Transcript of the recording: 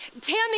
Tammy